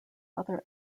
other